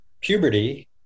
puberty